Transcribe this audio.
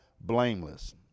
blameless